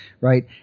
right